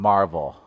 Marvel